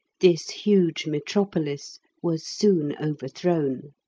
this huge metropolis was soon overthrown.